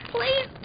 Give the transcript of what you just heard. Please